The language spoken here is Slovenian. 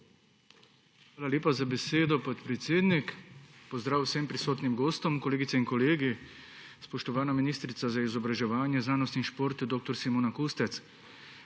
Hvala lepa za besedo, podpredsednik. Pozdrav vsem prisotnim gostom, kolegice in kolegi, spoštovana ministrica za izobraževanje, znanost in šport dr. Simona Kustec!